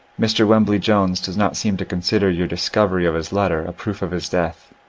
mr. wembly jones does not seem to consider your discovery of his letter a proof of his death.